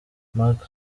mark